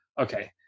okay